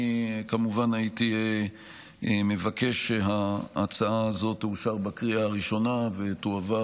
אני כמובן מבקש שההצעה הזאת תאושר בקריאה ראשונה ותועבר,